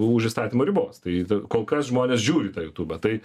už įstatymo ribos tai kol kas žmonės žiūri tą jutūbą tai